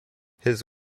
his